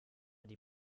die